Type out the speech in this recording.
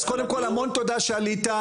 אז קודם כל המון תודה שעלית,